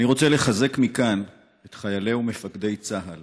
אני רוצה לחזק מכאן את חיילי ומפקדי צה"ל